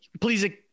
please